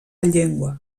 llengua